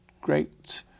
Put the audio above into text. great